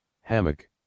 Hammock